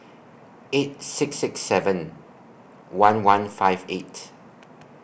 eight six six seven one one five eight